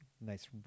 nice